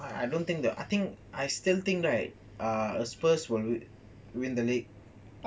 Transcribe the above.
I don't think I think I still think right ah spurs will win the league